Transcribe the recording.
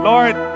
Lord